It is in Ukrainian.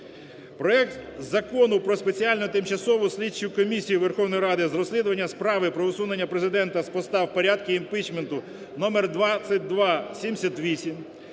Проект Закону про спеціальну тимчасову слідчу комісії Верховної Ради з розслідування справи про усунення Президента з поста в порядку імпічменту (номер 2278).